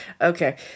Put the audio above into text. Okay